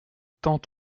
tant